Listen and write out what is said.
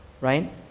right